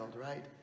right